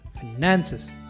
finances